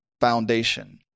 foundation